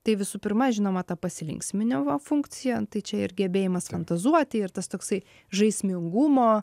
tai visų pirma žinoma ta pasilinksminimo funkcija tai čia ir gebėjimas fantazuoti ir tas toksai žaismingumo